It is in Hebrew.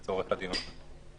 לצורך הדיון.